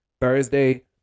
Thursday